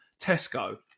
Tesco